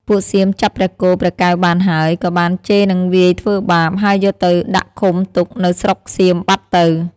ពួកសៀមចាប់ព្រះគោព្រះកែវបានហើយ ក៏បានជេរនិងវាយធ្វើបាប ហើយយកទៅដាក់ឃុំទុកនៅស្រុកសៀមបាត់ទៅ។